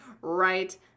right